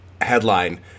headline